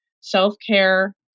self-care